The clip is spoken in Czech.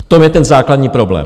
V tom je ten základní problém.